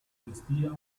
vestía